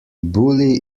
bully